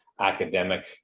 academic